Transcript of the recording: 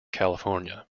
california